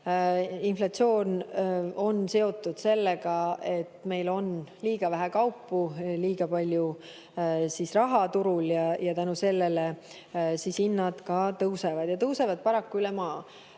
Inflatsioon on seotud sellega, et meil on liiga vähe kaupu, liiga palju raha turul ja selle tõttu siis hinnad tõusevad – ja tõusevad paraku üle